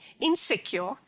insecure